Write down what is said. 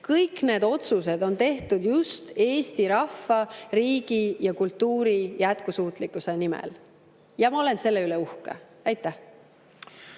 ei tuleks –, on tehtud just Eesti rahva, riigi ja kultuuri jätkusuutlikkuse nimel. Ja ma olen selle üle uhke. Jaa,